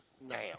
now